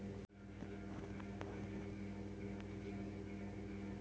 geoduck এক ধরনের সামুদ্রিক প্রাণী যেটা খাবারের জন্যে চাষ করা হয়